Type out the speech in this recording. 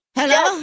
hello